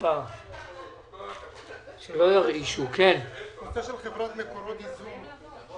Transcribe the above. הייתה פעולה של מקורות ייזום,